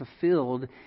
fulfilled